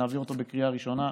ונעביר אותו בקריאה ראשונה,